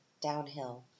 downhill